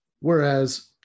whereas